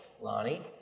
Lonnie